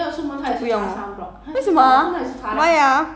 but 没有出门 leh